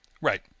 right